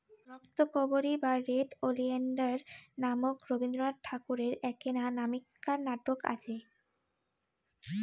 রক্তকরবী বা red oleander নামক রবীন্দ্রনাথ ঠাকুরের এ্যাকনা নামেক্কার নাটক আচে